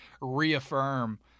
reaffirm